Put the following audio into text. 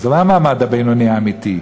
זה לא המעמד הבינוני האמיתי.